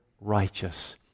righteous